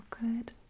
good